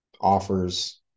offers